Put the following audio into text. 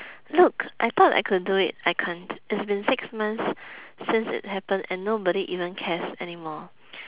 look I thought I could do it I can't it's been six months since it happened and nobody even cares anymore